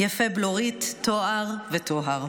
יפה בלורית, תואר וטוהר.